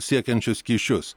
siekiančius kyšius